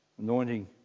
Anointing